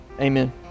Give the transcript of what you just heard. amen